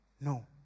No